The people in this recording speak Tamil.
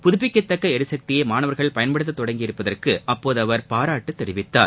புதுப்பிக்கத்தக்க ளிசக்தியை மாணவர்கள் பயன்படுத்தத் தொடங்கியிருப்பதற்கு அப்போது அவர் பாராட்டு தெரிவித்தார்